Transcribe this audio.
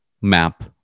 map